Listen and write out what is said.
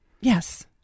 yes